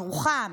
ירוחם,